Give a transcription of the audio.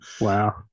Wow